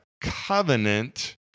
covenant